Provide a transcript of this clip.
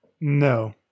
No